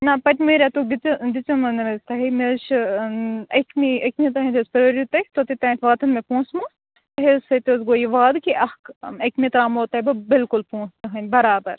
نَہ پٔتمہِ ریٚتُک دِژٲے مونَہ حظ مےٚ تۄہہِ مےٚ حظ چھُ أکمہِ تانۍ حظ پیٲریٚوتُہۍ تۄتَتھ تانۍ واتَن مے پونٛسہٕ وونٛسہٕ تُہۍ سۭتۍ حظ گوٚو یہِ وعدٕ کہِ اَکھ أکمہِ ترٛاوہوتُہۍ بلکل پونٛسہٕ تُہٕنٛد برابر